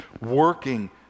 working